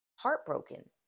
heartbroken